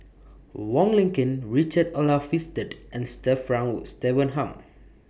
Wong Lin Ken Richard Olaf Winstedt and Sir Frank Wood Swettenham